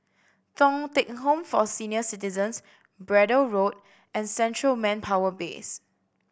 Thong Teck Home for Senior Citizens Braddell Road and Central Manpower Base